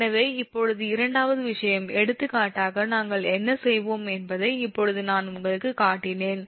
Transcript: எனவே இப்போது இரண்டாவது விஷயம் எடுத்துக்காட்டாக நாங்கள் என்ன செய்வோம் என்பதை இப்போது நான் உங்களுக்கு காட்டினேன்